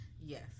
Yes